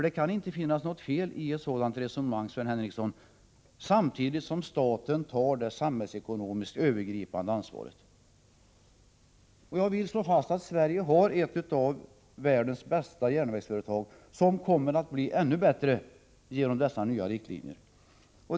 Det kan inte vara något fel i ett sådant resonemang, när staten samtidigt tar det samhällsekonomiskt övergripande ansvaret. Jag vill slå fast att Sverige har ett av världens bästa järnvägsföretag, som kommer att bli ännu bättre genom dessa nya riktlinjer.